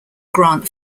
grant